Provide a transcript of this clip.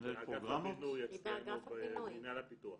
היא באגף הבינוי אצלנו, במינהל הפיתוח.